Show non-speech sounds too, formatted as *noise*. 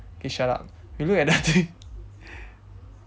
okay shut up we look at the *laughs* thing